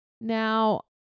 Now